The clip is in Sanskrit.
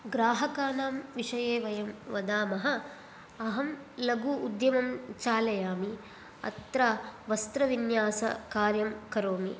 ग्राहकाणां विषये वयं वदामः अहं लघु उद्योगं चालयामि अत्र वस्त्रविन्यासकार्यं करोमि